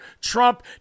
Trump